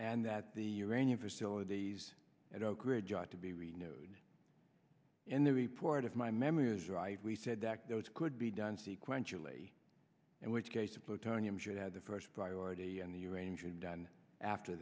and that the iranian facilities at oakridge ought to be renewed and the report of my memory is right we said that those could be done sequence uli and which case of plutonium should have the first priority and the range undone after